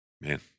Man